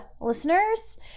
listeners